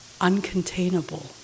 uncontainable